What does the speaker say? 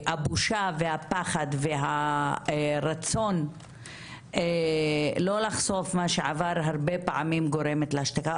שהבושה והפחד והרצון לא לחשוף מה שעבר הרבה פעמים גורמת להשתקה,